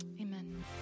Amen